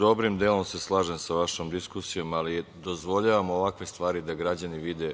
dobrim delom se slažem sa vašom diskusijom, ali dozvoljavam ovakve stvari, da građani vide